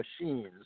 machines